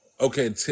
okay